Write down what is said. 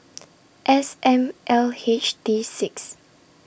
S M L H T six